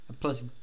plus